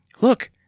look